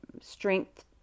strength